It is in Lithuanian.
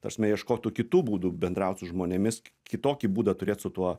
ta prasme ieškotų kitų būdų bendraut su žmonėmis kitokį būdą turėt su tuo